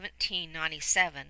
1797